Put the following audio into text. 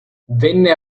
venne